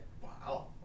Wow